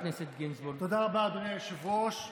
תודה רבה, אדוני היושב-ראש.